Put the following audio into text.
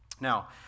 Now